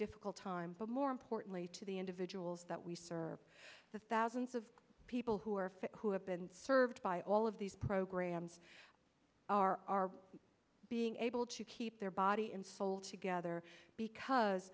difficult time but more importantly to the individuals that we serve the thousands of people who are who have been served by all of these programs are being able to keep their body and soul together because